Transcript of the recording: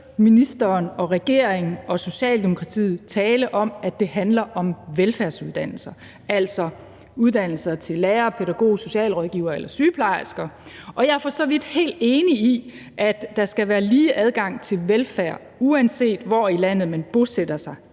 ministeren og regeringen og Socialdemokratiet tale om, at det handler om velfærdsuddannelser, altså uddannelser til lærer, pædagog, socialrådgiver eller sygeplejerske, og jeg er for så vidt helt enig i, at der skal være lige adgang til velfærd, uanset hvor i landet man bosætter sig.